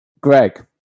Greg